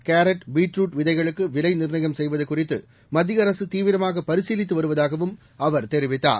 carrot beetroot விதைகளுக்கு விலை நிர்ணயம் செய்வது குறித்து மத்திய அரசு தீவிரமாக பரிசீலித்து வருவதாகவும் அவர் தெரிவித்தார்